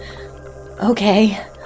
okay